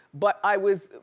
but i was,